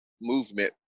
movement